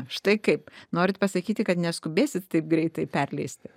štai kaip norit pasakyti kad neskubėsit taip greitai perleisti